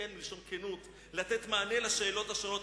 מלשון כנות, לתת מענה לשאלות השונות.